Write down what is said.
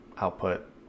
output